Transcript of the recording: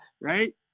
right